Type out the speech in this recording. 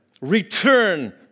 Return